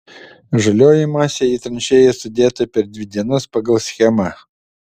žalioji masė į tranšėjas sudėta per dvi dienas pagal schemą